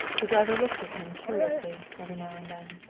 the driver looked at him curiously every now and then.